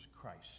Christ